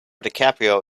dicaprio